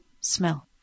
smell